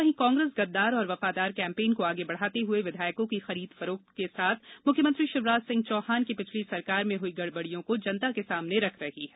वहीं कांग्रेस गद्दार और वफादार कैंपेन को आगे बढ़ाते हुए विधायकों की खरीद फरोख्त के साथ मुख्यमंत्री शिवराज सिंह चौहान की पिछली सरकार में हुई गड़बड़ियों को जनता के सामने रख रही है